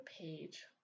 page